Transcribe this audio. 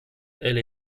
elle